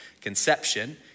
conception